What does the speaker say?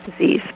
disease